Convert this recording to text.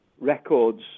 records